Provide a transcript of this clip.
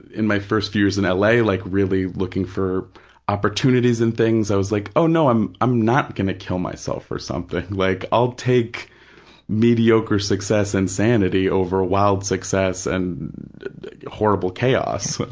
in my first few years in l. a, like really looking for opportunities and things, i was like, oh, no, i'm i'm not going to kill myself for something. like, i'll take mediocre success and sanity over wild success and horrible chaos, but